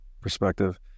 perspective